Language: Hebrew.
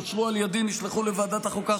אושרו על ידי ונשלחו לוועדת החוקה,